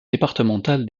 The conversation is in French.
départemental